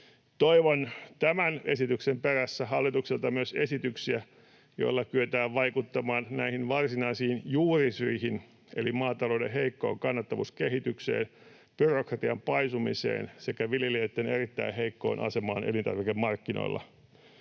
toivon tämän esityksen perässä hallitukselta myös esityksiä, joilla kyetään vaikuttamaan näihin varsinaisiin juurisyihin eli maatalouden heikkoon kannattavuuskehitykseen, byrokratian paisumiseen sekä viljelijöitten erittäin heikkoon asemaan elintarvikemarkkinoilla.